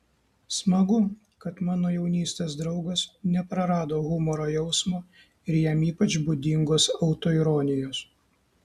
smagu kad mano jaunystės draugas neprarado humoro jausmo ir jam ypač būdingos autoironijos